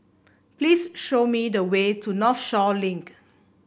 please show me the way to Northshore Link